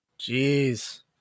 Jeez